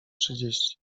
trzydzieści